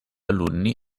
alunni